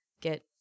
get